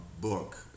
book